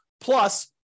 plus